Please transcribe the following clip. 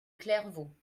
clairvaux